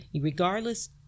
regardless